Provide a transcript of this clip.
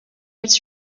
its